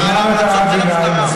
שמענו את הערת הביניים,